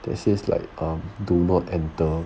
there's there's like um do not enter